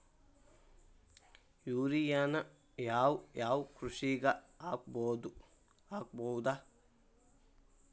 ಯೂರಿಯಾನ ಯಾವ್ ಯಾವ್ ಕೃಷಿಗ ಹಾಕ್ಬೋದ?